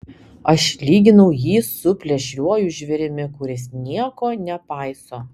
aš lyginau jį su plėšriuoju žvėrimi kuris nieko nepaiso